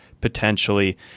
potentially